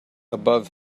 above